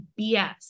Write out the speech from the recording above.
bs